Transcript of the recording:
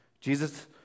Jesus